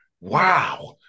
Wow